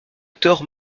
hector